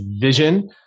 vision